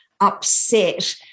upset